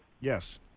Yes